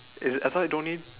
is I thought don't need